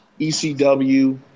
ECW